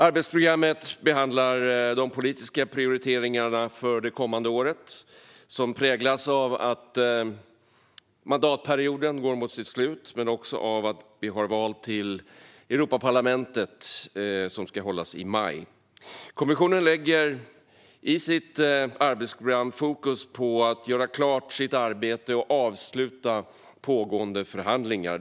Arbetsprogrammet behandlar de politiska prioriteringarna för det kommande året, som präglas av att mandatperioden går mot sitt slut men också av att vi har val till Europaparlamentet som ska hållas i maj. Kommissionen lägger i sitt arbetsprogram fokus på att göra klart sitt arbete och avsluta pågående förhandlingar.